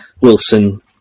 wilson